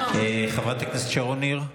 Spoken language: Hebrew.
חברת הכנסת שרון ניר,